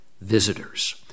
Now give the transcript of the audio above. visitors